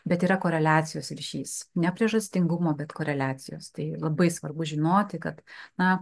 bet yra koreliacijos ryšys ne priežastingumo bet koreliacijos tai labai svarbu žinoti kad na